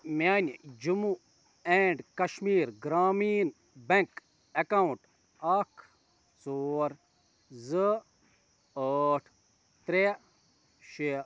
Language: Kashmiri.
میٛانہِ Jammu and Kashmir Grameen bank account اَکھ ژور زٕ ٲٹھ ترٛےٚ شےٚ